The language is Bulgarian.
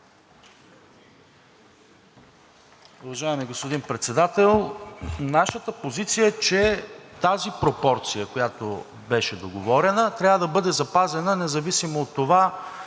Уважаеми господин Председател! Нашата позиция е, че тази пропорция, която беше договорена, трябва да бъде запазена независимо от това